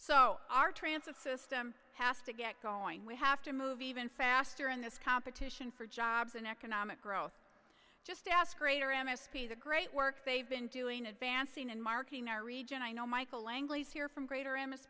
so our transit system has to get going we have to move even faster in this competition for jobs and economic growth just ask greater m s p the great work they've been doing advancing and marking our region i know michael langley's here from greater m s